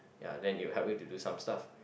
ya then they will help you to do some stuff